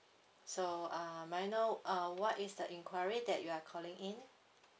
so uh may I know uh what is the enquiry that you are calling in